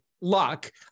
luck